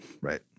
right